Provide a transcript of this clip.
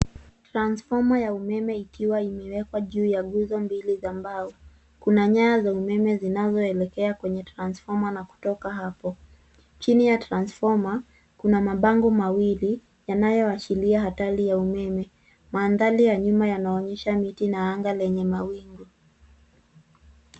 Transformer ya ume ikiwa imewekwa juu ya nguzo mbili za mbao. Kuna nyaya za umeme zinazoelekea kwenye transformer na kutoka hapo. Chini ya transformer kuna mamngo mawili yanayoashiria hatari ya umeme. Mandhari ya nyuma yanaonyesha miti na anga lenye mawingu.